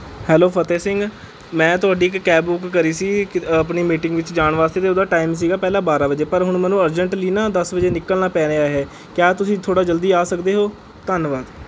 hello Fateh Singh ਮੈਂ ਤੁਹਾਡੀ ਇੱਕ ਕੈਬ ਬੁੱਕ ਕਰੀ ਸੀ ਆਪਣੀ ਮੀਟਿੰਗ ਵਿੱਚ ਜਾਣ ਵਾਸਤੇ ਅਤੇ ਉਹਦਾ ਟਾਈਮ ਸੀ ਪਹਿਲਾਂ ਬਾਰਾਂ ਵਜੇ ਪਰ ਹੁਣ ਮੈਨੂੰ ਅਰਜੈਂਟਲੀ ਨਾ ਦਸ ਵਜੇ ਨਿਕਲਣਾ ਪੈ ਰਿਹਾ ਹੈ ਕਯਾ ਤੁਸੀਂ ਥੋੜ੍ਹਾ ਜਲਦੀ ਆ ਸਕਦੇ ਹੋ ਧੰਨਵਾਦ